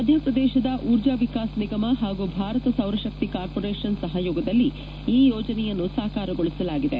ಮಧ್ಯಪ್ರದೇಶದ ಊರ್ಜಾ ವಿಶಾಸ್ ನಿಗಮ ಪಾಗೂ ಭಾರತ ಸೌರಶಕ್ತಿ ಕಾರ್ಮೋರೇಷನ್ ಸಮಯೋಗದಲ್ಲಿ ಈ ಯೋನೆಯನ್ನು ಸಾಕಾರಗೊಳಸಲಾಗಿದೆ